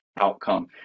outcome